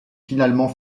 finalement